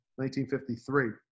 1953